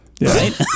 right